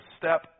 step